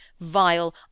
vile